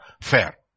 fair